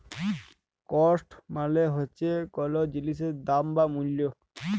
cost মালে হচ্যে কল জিলিসের দাম বা মূল্য